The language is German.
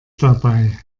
dabei